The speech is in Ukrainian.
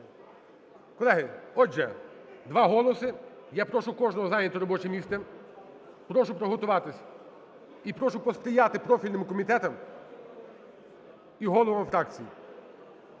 Колеги, отже, два голоси, я прошу кожного зайняти робоче місце. Прошу приготуватись і прошу посприяти профільним комітетам і головам фракцій.